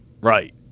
Right